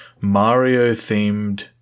Mario-themed